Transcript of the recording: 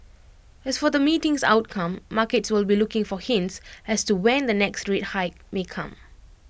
as for the meeting's outcome markets will be looking for hints as to when the next rate hike may come